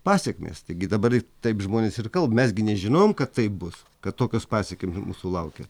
pasekmės taigi dabar ir taip žmonės ir kalba mes gi nežinojom kad taip bus kad tokios pasekmės mūsų laukia